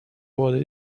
what